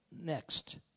Next